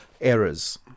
errors